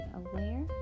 aware